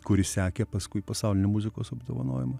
kuris sekė paskui pasaulinį muzikos apdovanojimą